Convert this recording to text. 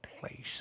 place